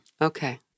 Okay